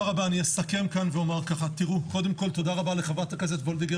אסכם כאן ואומר קודם כל תודה רבה לחברת הכנסת וולדיגר